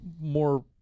more